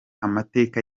amateka